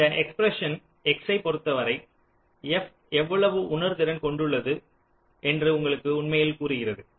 இந்த expression x ஐப் பொறுத்தவரை f எவ்வளவு உணர்திறன் கொண்டது என்று உங்களுக்கு உண்மையில் கூறுகிறது